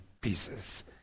pieces